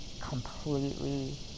completely